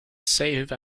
save